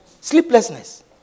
Sleeplessness